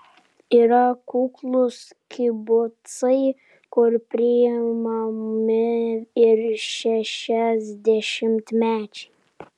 yra kuklūs kibucai kur priimami ir šešiasdešimtmečiai